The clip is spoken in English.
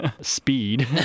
speed